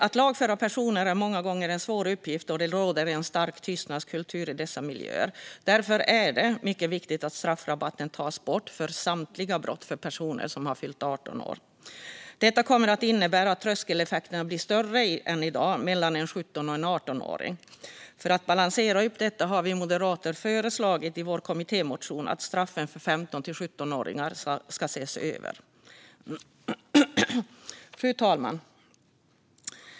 Att lagföra personer är många gånger en svår uppgift, då det råder en stark tystnadskultur i dessa miljöer. Därför är det mycket viktigt att straffrabatten för samtliga brott tas bort för personer som har fyllt 18 år. Det kommer att innebära att tröskeleffekterna blir större än i dag mellan en 17åring och en 18-åring. För att balansera upp detta har vi moderater föreslagit i vår kommittémotion att straffen för 15-17-åringar ska ses över. Fru talman!